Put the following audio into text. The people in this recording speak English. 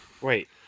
wait